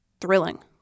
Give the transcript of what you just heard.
thrilling